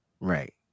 Right